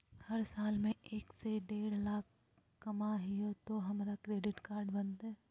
हम साल में एक से देढ लाख कमा हिये तो हमरा क्रेडिट कार्ड बनते?